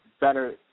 better